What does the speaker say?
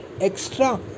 extra